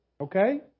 Okay